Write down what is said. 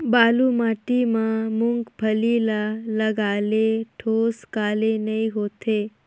बालू माटी मा मुंगफली ला लगाले ठोस काले नइ होथे?